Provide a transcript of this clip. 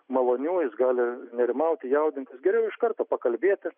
malonių jis gali nerimauti jaudintis geriau iš karto pakalbėti